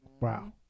Wow